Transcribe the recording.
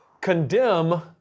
condemn